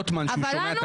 אבל, לנו